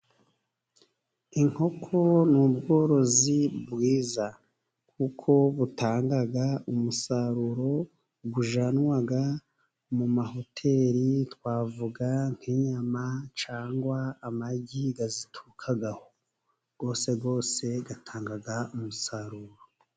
Inkoko ni ubworozi bwiza. Kuko butanga umusaruro bujyanwa mu mahoteri, twavuga nk'inyama, cyangwa amagi aziturukaho. yoseyose atanga umusaruro.